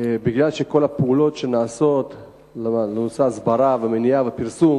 מכיוון שכל הפעולות שנעשות בנושא ההסברה והמניעה והפרסום